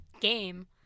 game